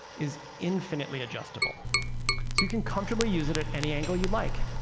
is infinitely adjustable so you can comfortably use it at any angle you'd like.